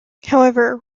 however